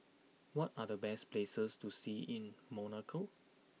what are the best places to see in Monaco